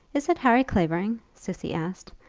is it harry clavering? cissy asked,